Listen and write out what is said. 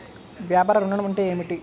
వ్యాపార ఋణం అంటే ఏమిటి?